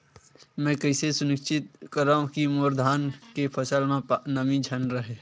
मैं कइसे सुनिश्चित करव कि मोर धान के फसल म नमी झन रहे?